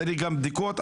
צריך גם בדיקות,